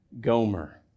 Gomer